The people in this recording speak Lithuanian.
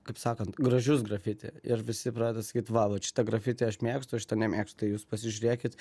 kaip sakant gražius grafiti ir visi pradeda sakyt va vat šitą grafitį aš mėgstu o šito nemėgstu tai jūs pasižiūrėkit